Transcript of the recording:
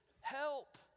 help